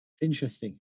Interesting